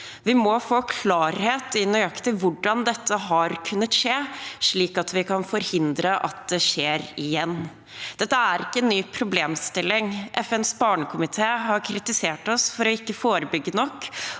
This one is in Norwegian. Vi må få klarhet i nøyaktig hvordan dette har kunnet skje, slik at vi kan forhindre at det skjer igjen. Dette er ikke en ny problemstilling. FNs barnekomité har kritisert oss for ikke å forebygge nok